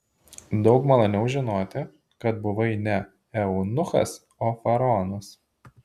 daug maloniau žinoti kad buvai ne eunuchas o faraonas